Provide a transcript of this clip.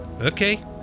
Okay